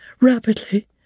rapidly